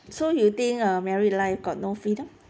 so you think uh married life got no freedom